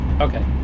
Okay